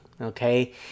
okay